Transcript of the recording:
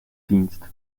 dienst